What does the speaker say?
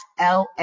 LA